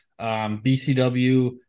BCW